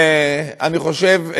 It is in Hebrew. אני חושב,